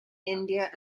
india